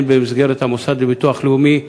הן במסגרת המוסד לביטוח לאומי.